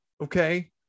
okay